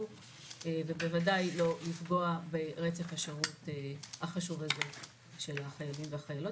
ובוודאי לא לפגוע ברצף השירות החשוב הזה של החיילים והחיילות.